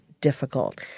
difficult